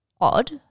Odd